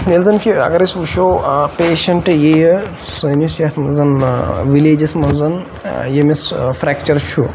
ییٚلہِ زَن کہِ اَگر أسۍ وٕچھو پیشَنٹ یِیہِ سٲنِٛس یَتھ مَنٛز وِلیجَس مَنٛز ییٚمِس فریٚکچَر چھُ